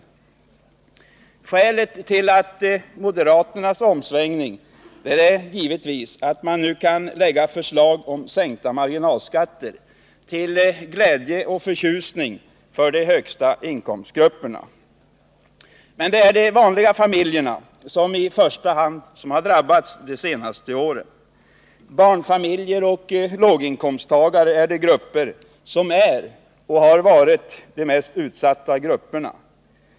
Skälet till moderaternas omsvängning är givetvis att man nu kan lägga fram förslag om sänkta marginalskatter, till glädje och förtjusning för de högsta inkomstgrupperna. Men det är de vanliga familjerna som i första hand drabbats de senaste åren. Barnfamiljer och låginkomsttagare har varit och är de mest utsatta grupperna.